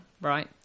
right